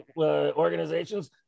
organizations